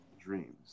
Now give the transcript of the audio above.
dreams